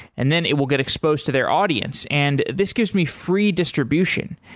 and then it will get exposed to their audience, and this gives me free distribution,